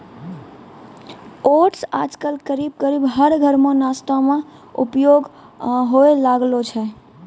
oats आजकल करीब करीब हर घर मॅ नाश्ता मॅ उपयोग होय लागलो छै